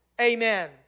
Amen